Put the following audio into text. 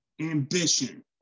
Ambition